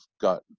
got